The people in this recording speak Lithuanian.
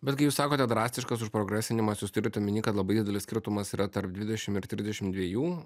bet kai jūs sakote drastiškas užprogresinimas jūs turit omeny kad labai didelis skirtumas yra tarp dvidešimt ir trisdešimt dviejų